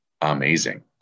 amazing